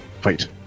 Fight